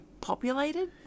populated